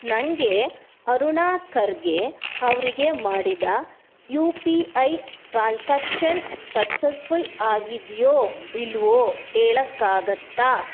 ನನಗೆ ಅರುಣಾ ಖರ್ಗೆ ಅವರಿಗೆ ಮಾಡಿದ U P I transaction successful ಆಗಿದ್ಯೋ ಇಲ್ವೋ ಹೇಳೋಕ್ಕಾಗುತ್ತಾ